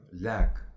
lack